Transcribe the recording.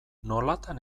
nolatan